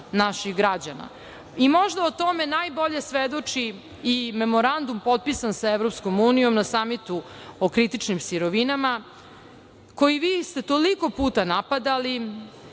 o tome najbolje svedoči i memorandum potpisan sa EU na Samitu o kritičnim sirovinama, koji ste vi toliko puta napadali